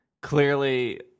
clearly